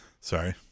Sorry